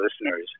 listeners